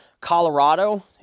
Colorado